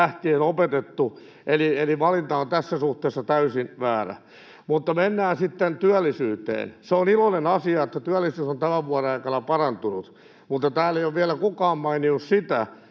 lähtien opetettu, eli valinta on tässä suhteessa täysin väärä. Mutta mennään sitten työllisyyteen. Se on iloinen asia, että työllisyys on tämän vuoden aikana parantunut, mutta täällä ei ole vielä kukaan maininnut sitä,